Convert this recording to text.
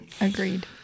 Agreed